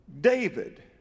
David